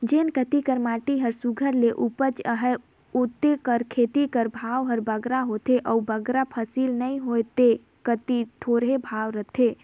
जेन कती कर माटी हर सुग्घर ले उपजउ अहे उते कर खेत कर भाव हर बगरा होथे अउ बगरा फसिल नी होए ते कती थोरहें भाव रहथे